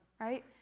Right